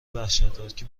وحشتناکی